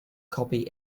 copy